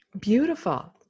Beautiful